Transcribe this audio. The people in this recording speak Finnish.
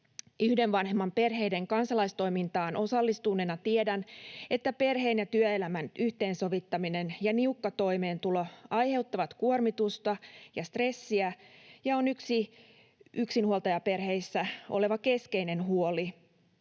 Yhden vanhemman perheiden kansalaistoimintaan osallistuneena tiedän, että perheen ja työelämän yhteensovittaminen ja niukka toimeentulo aiheuttavat kuormitusta ja stressiä ja ovat yksinhuoltajaperheissä oleva keskeinen huoli,